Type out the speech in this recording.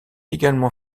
également